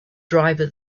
driver